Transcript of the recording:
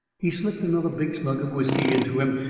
he slipped another big slug of whiskey into him,